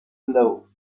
blow